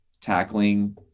tackling